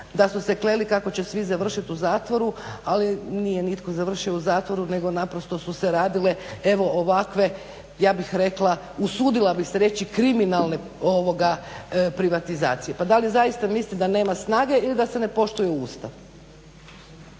da su se kleli kako će svi završit u zatvoru, ali nije nitko završio u zatvoru nego naprosto su se radile ovakve ja bih rekla, usudila bih se reći kriminalne privatizacije. Pa da li zaista misli da nema snage ili da se ne poštuje Ustav?